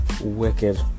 wicked